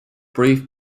brief